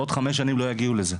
בעוד חמש שנים לא יגיעו לזה,